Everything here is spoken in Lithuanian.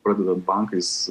pradedant bankais